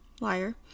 Liar